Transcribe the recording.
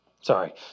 Sorry